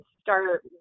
start